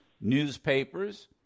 newspapers